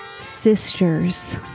sisters